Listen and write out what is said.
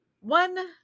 one